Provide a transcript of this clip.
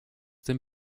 dem